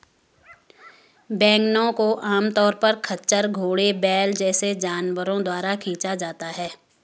वैगनों को आमतौर पर खच्चर, घोड़े, बैल जैसे जानवरों द्वारा खींचा जाता है